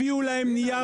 הביאו להם נייר עבודה.